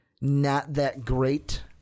not-that-great